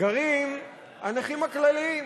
גרים הנכים הכלליים,